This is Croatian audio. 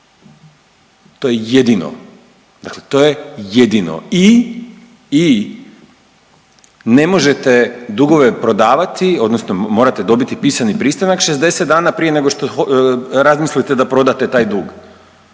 To je jedino i ne možete dugove prodavati odnosno morate dobiti pisani pristanak 60 dana prije nego što razmislite da prodate taj dug.